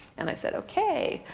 and i said, ok.